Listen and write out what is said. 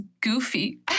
goofy